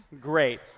Great